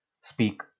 speak